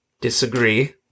disagree